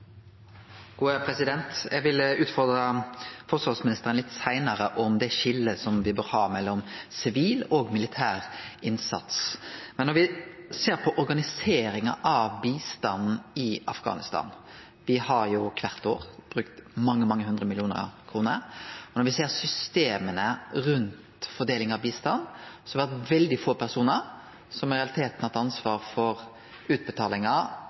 skiljet som ein bør ha mellom sivil og militær innsats. Men når me ser på organiseringa av bistanden i Afghanistan, der me kvart år har brukt mange, mange hundre millionar kroner, og når me ser systema rundt fordelinga av bistanden, har det vore veldig få personar som i realiteten har hatt ansvaret for utbetalingar